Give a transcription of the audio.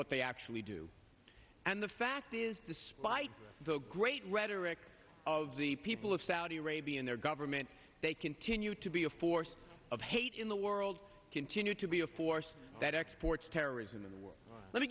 what they actually do and the fact is despite the great rhetoric of the people of saudi arabia and their government they continue to be a force of hate in the world continue to be a force that exports terrorism the